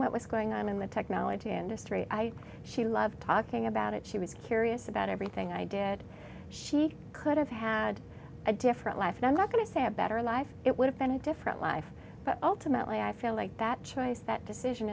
what was going on in the technology industry i she loved talking about it she was curious about everything i did she could have had a different life and i'm not going to say a better life it would have been a different life but ultimately i feel like that choice that decision